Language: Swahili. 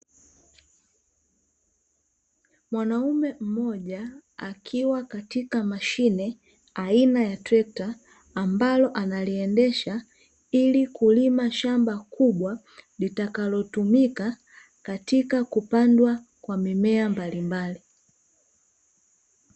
Mwanaume mmoja, akiwa katika mashine aina ya trekta ambalo analiendesha, ili kulima shamba kubwa, litakalo tumika katika kupandwa kwa mimea mbalimbali.